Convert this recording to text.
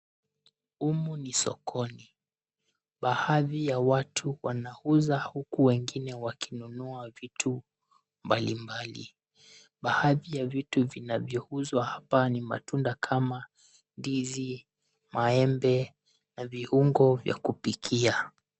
Humu ni sokoni. Baadhi ya watu wanauza huku wengine wakinunua vitu mbalimbali. Baadhi ya vitu vinavyouzwa hapa ni matunda kama ndizi, maembe na viungo vya kupikia.